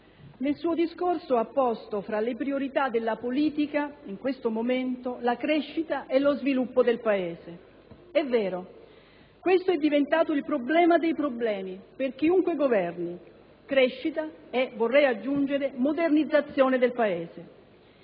nel suo discorso ha posto fra le priorità della politica, in questo momento, la crescita e lo sviluppo del Paese. Ed è vero che questo è diventato il problema dei problemi per chiunque governi: crescita e, vorrei aggiungere, modernizzazione del Paese.